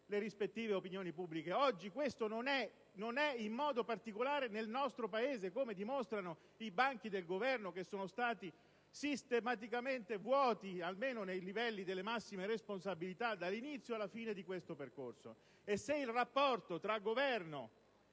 le rispettive opinioni pubbliche. Oggi ciò non avviene, in modo particolare nel nostro Paese, come dimostrano i banchi del Governo che sono rimasti sistematicamente vuoti, almeno nei livelli delle massime responsabilità, dall'inizio alla fine di questo percorso. Se il rapporto tra Governo